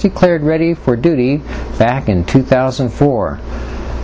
declared ready for duty back in two thousand and four